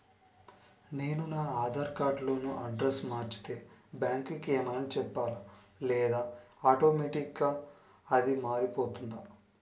నేను నా ఆధార్ కార్డ్ లో అడ్రెస్స్ మార్చితే బ్యాంక్ కి ఏమైనా చెప్పాలా లేదా ఆటోమేటిక్గా అదే మారిపోతుందా?